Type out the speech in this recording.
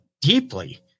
deeply